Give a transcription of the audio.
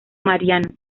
mariano